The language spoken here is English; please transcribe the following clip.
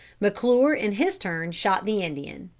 mcclure in his turn shot the indian.